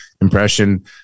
impression